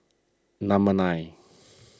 number nine